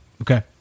Okay